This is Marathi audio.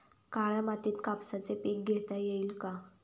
काळ्या मातीत कापसाचे पीक घेता येईल का?